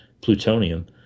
plutonium